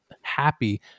happy